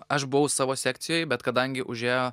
aš buvau savo sekcijoj bet kadangi užėjo